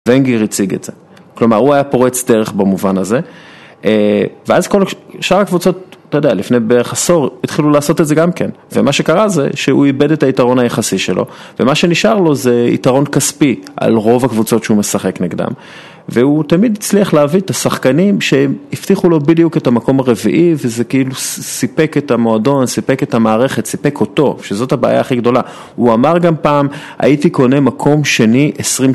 וגיר הציג את זה, כלומר, הוא היה פורץ דרך במובן הזה ואז כל... שאר הקבוצות, אתה יודע, לפני בערך עשור התחילו לעשות את זה גם כן ומה שקרה זה שהוא איבד את היתרון היחסי שלו ומה שנשאר לו זה יתרון כספי על רוב הקבוצות שהוא משחק נגדם והוא תמיד הצליח להביא את השחקנים שהם הבטיחו לו בדיוק את המקום הרביעי וזה כאילו סיפק את המועדון, סיפק את המערכת, סיפק אותו, שזאת הבעיה הכי גדולה. הוא אמר גם פעם, הייתי קונה מקום שני עשרים